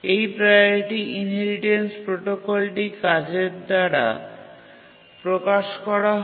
এটি priority inheritance প্রোটোকলটির কাজের দ্বারা প্রকাশ করা হয়